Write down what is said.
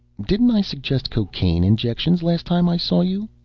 didn't i suggest cocaine injections last time i saw you?